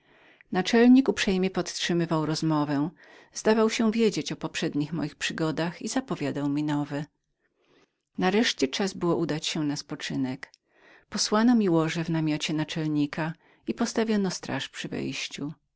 naczelnik uprzejmie podtrzymywał rozmowę zdawał się wiedzieć o poprzednich moich przygodach i zapowiadał mi nowe nareszcie czas był udać się na spoczynek posłano mi łoże w namiocie naczelnika i postawiono straż przy wejściu